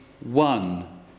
one